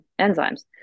enzymes